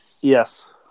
Yes